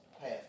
path